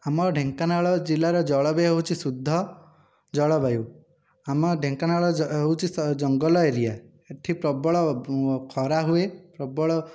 ଆମ ଢେଙ୍କାନାଳ ଜିଲ୍ଲାର ଜଳବାୟୁ ହେଉଛି ଶୁଦ୍ଧ ଜଳବାୟୁ ଆମ ଢେଙ୍କାନାଳ ହେଉଛି ଜଙ୍ଗଲ ଏରିଆ ଏଇଠି ପ୍ରବଳ ଖରା ହୁଏ ପ୍ରବଳ